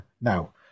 Now